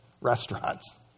restaurants